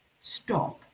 stop